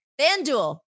FanDuel